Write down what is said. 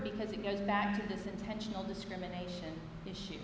because it goes back to this intentional discrimination issue